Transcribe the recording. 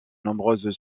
nombreuses